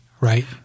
Right